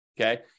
okay